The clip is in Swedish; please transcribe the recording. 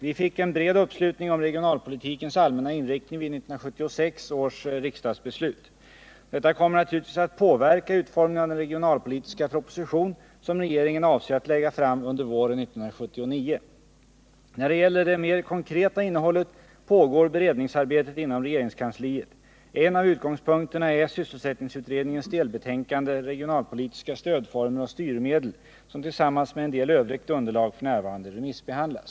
Vi fick en bred uppslutning om regionalpolitikens allmänna inriktning vid 1976 års riksdagsbeslut. Detta kommer naturligtvis att påverka utformningen av den regionalpolitiska proposition som regeringen avser att lägga fram våren 1979. När det gäller det mer konkreta innehållet pågår beredningsarbetet inom kansliet. En av utgångspunkterna är sysselsättningsutredningens delbetänkande, Regionalpolitiska stödformer och styrmedel, som tillsammans med en del övrigt underlag f. n. remissbehandlas.